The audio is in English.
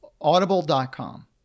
Audible.com